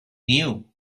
knew